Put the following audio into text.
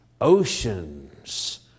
oceans